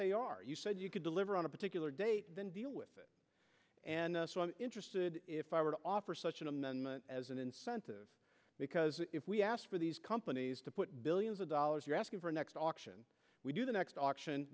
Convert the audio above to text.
they are you said you could deliver on a particular date then deal with it and so i'm interested if i were to offer such an amendment as an incentive because if we ask for these companies to put billions of dollars you're asking for next auction we do the next auction